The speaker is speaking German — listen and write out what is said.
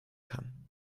kann